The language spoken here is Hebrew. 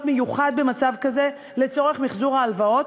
מיוחד במצב כזה לצורך מחזור ההלוואות,